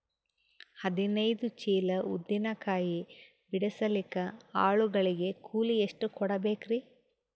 ಹದಿನೈದು ಚೀಲ ಉದ್ದಿನ ಕಾಯಿ ಬಿಡಸಲಿಕ ಆಳು ಗಳಿಗೆ ಕೂಲಿ ಎಷ್ಟು ಕೂಡಬೆಕರೀ?